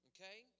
Okay